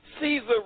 Caesar